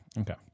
Okay